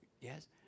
Yes